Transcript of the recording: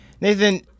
Nathan